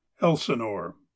elsinore